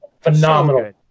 Phenomenal